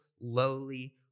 Lowly